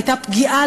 הייתה פגיעה,